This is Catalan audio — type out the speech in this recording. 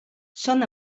són